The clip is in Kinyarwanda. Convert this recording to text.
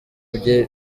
bye